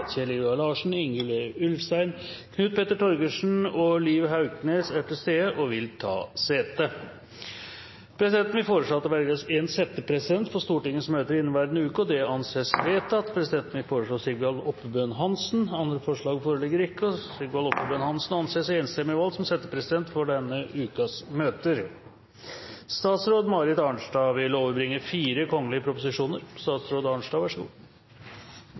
vil ta sete. Presidenten vil foreslå at det velges en settepresident for Stortingets møter i inneværende uke – det anses vedtatt. Presidenten vil foreslå Sigvald Oppebøen Hansen. – Andre forslag foreligger ikke, og Sigvald Oppebøen Hansen anses enstemmig valgt som settepresident for denne ukens møter. Representanten Ketil Solvik-Olsen vil